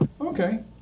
Okay